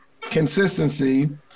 consistency